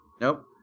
nope